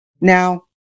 Now